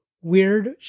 weird